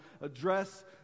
address